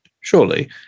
Surely